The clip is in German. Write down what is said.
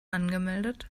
angemeldet